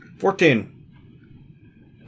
Fourteen